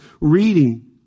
reading